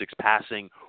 passing